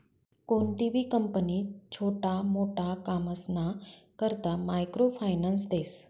कोणतीबी कंपनी छोटा मोटा कामसना करता मायक्रो फायनान्स देस